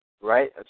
right